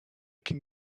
can